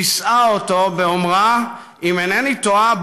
שיסעה אותו ואמרה: אם אינני טועה,